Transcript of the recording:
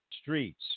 Streets